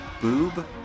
boob